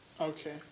Okay